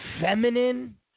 feminine